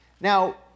Now